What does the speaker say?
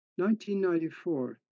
1994